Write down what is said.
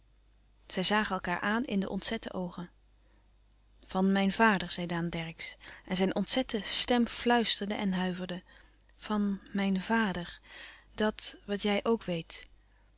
zij zagen elkaâr aan in de ontzette oogen van mijn vader zei daan dercksz en zijn ontzette stem fluisterde en huiverde van mijn vader dat wat jij ook weet